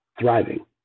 thriving